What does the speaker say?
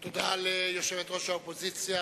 תודה ליושבת-ראש האופוזיציה,